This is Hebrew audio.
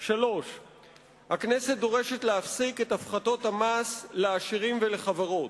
3. הכנסת דורשת להפסיק את הפחתות המס לעשירים ולחברות.